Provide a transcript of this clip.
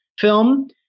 film